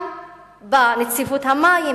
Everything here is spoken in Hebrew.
גם בנציבות המים,